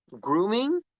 grooming